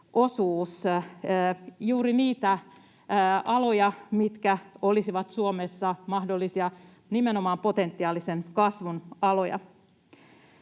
juuri niitä aloja, mitkä olisivat Suomessa nimenomaan mahdollisia potentiaalisen kasvun aloja.